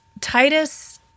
Titus